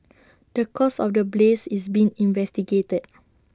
the cause of the blaze is being investigated